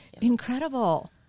incredible